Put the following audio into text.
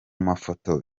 mafoto